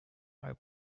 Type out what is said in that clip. are